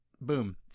boom